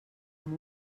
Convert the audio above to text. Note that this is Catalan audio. amb